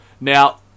Now